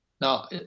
Now